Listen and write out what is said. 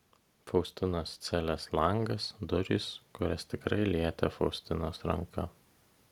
faustinos celės langas durys kurias tikrai lietė faustinos ranka